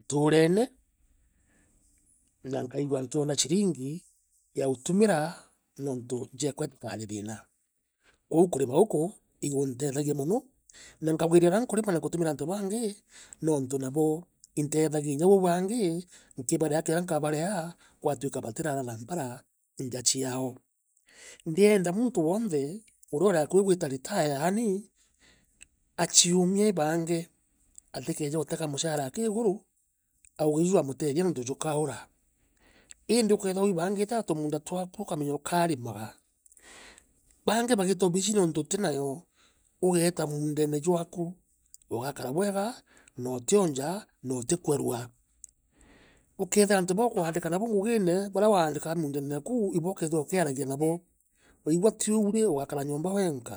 ntuurene na nkaigua nkiona chiringi ya utumira nontu nja yaaku itikaarie thiina kwou kurima guku iguntethagia inya buu bangi nkibavoa kiria nkabarea gwatu ika butirara na mpara nja ciao. Ndienda muntu wonthe, ura uriakui wita vitaya early, achiumie aibange atikeeja utega mushara aki iguru, auga iju jwamutethia a nuntu jukaura. Iindi ukeethira wiibaan gite a tumunda twaku ukamenya ukarimaga, baangi bagiita obisine untu utinaye, ugeeta muundene jwaku. Ugakara bwega na utionja na utikua vua. Ukeethira antu baa ukuandikana nabo ngugine, bara waandikaa mundene oku ibo ukethea ukiaragia nabo. Waigua tiu ri, ugakara nyomba wenka.